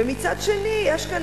ומצד שני יש כאן